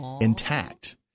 Intact